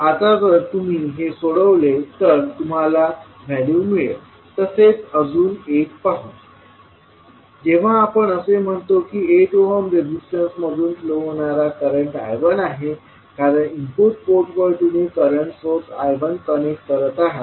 आता जर तुम्ही हे सोडवले तर तुम्हाला व्हॅल्यू मिळेल तसेच अजून एक पाहू जेव्हा आपण असे म्हणतो की 8 ओहम रेजिस्टन्स मधून फ्लो होणारा करंट I1आहे कारण इनपुट पोर्टवर तुम्ही करंट सोर्स I1कनेक्ट करत आहात